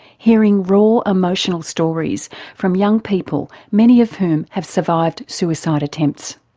hearing raw emotional stories from young people, many of whom have survived suicide attempts.